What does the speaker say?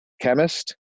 chemist